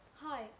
Hi